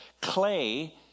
clay